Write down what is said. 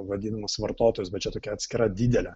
vadinamus vartotojus bet čia tokia atskira didelė